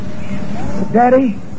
Daddy